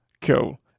Cool